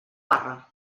barra